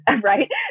right